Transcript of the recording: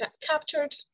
captured